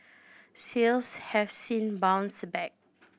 sales have since bounced back